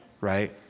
right